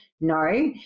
no